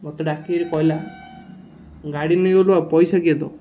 ମୋତେ ଡାକି କରି କହିଲା ଗାଡ଼ି ନେଇଗଲୁ ଆଉ ପଇସା କିଏ ଦବ